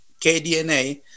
KDNA